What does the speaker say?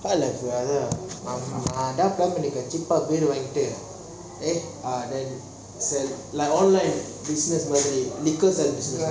அது நான் அதன் பிளான் பண்ணி இருக்கான்:athu naan athan plan panni irukan cheap eh beer வாங்கிட்டு:vangitu ah then sell online business மாறி:maari liquor sell business